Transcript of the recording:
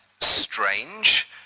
strange